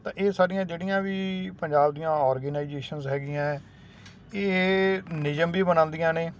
ਤਾਂ ਇਹ ਸਾਡੀਆਂ ਜਿਹੜੀਆਂ ਵੀ ਪੰਜਾਬ ਦੀਆਂ ਓਰਗੇਨਾਈਜੇਸ਼ਨਸ ਹੈਗੀਆਂ ਹੈ ਇਹ ਨਿਯਮ ਵੀ ਬਣਾਉਂਦੀਆਂ ਨੇ